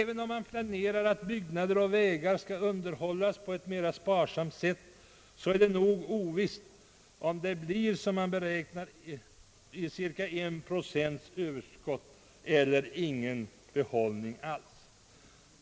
Även om man planerar att byggnader och vägar skall underhållas på ett mera sparsamt sätt är det nog ovisst om det blir som man beräknat 1 procents överskott eller ingen behållning alls.